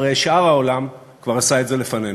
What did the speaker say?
הרי שאר העולם כבר עשה את זה לפנינו.